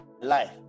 life